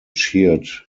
cheered